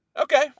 Okay